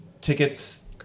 tickets